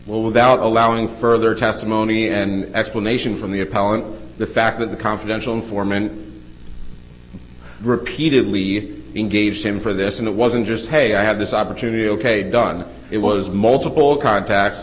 well without allowing further testimony and explanation from the appellant the fact that the confidential informant repeatedly engaged him for this and it wasn't just hey i had this opportunity ok done it was multiple contacts